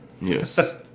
Yes